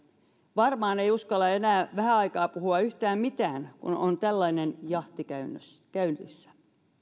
varmaan ei uskalla enää vähään aikaan puhua yhtään mitään kun on tällainen jahti käynnissä käynnissä